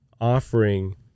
offering